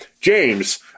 James